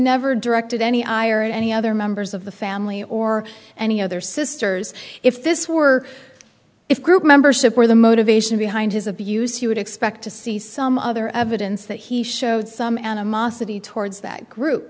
never directed any i or any other members of the family or any other sisters if this were if group membership were the motivation behind his abuse he would expect to see some other evidence that he showed some animosity towards that group